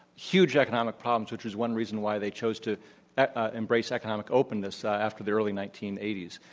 huge economic problems which is one reason why they chose to ah embrace economic openness after the early nineteen eighty s.